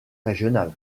régional